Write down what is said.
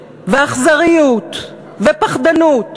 ואכזריות, ופחדנות.